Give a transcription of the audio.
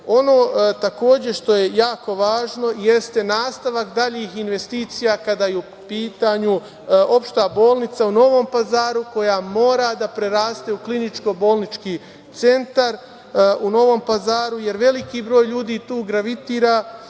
takođe što je jako važno jeste nastavak daljih investicija kada je u pitanju Opšta bolnica u Novom Pazaru, koja mora da preraste u kliničko-bolnički centar u Novom Pazaru, jer veliki broj ljudi tu gravitira